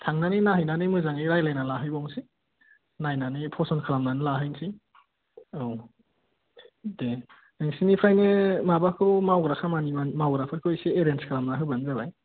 थांनानै नायहैनानै मोजाङै रायज्लायना लाहैबायनोसै नायनानै पसन्द खालमनानै लाहैनोसै औ देह नोंसोरनिफ्रायनो माबाखौ मावग्रा खामानि मावग्राफोरखौ एसे एरेन्ज खालामना होबानो जाबाय